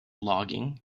logging